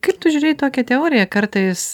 kaip tu žiūri į tokią teoriją kartais